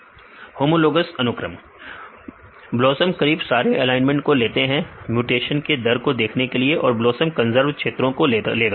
विद्यार्थी होमोलॉग्स अनुक्रम हां BLOSUM करीब सारे एलाइनमेंट को लेते हैं म्यूटेशन के दर को देखने के लिए और BLOSUM कंजर्व क्षेत्रों को लेगा